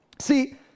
See